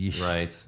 Right